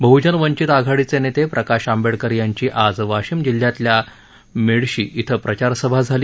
बहजन वंचित आघाडीचे नेते प्रकाश आंबेडकर यांची आज वाशिम जिल्ह्यातल्या मेडशी इथं प्रचार सभा झाली